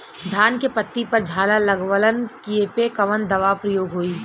धान के पत्ती पर झाला लगववलन कियेपे कवन दवा प्रयोग होई?